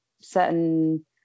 certain